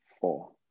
four